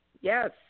Yes